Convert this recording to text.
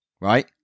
right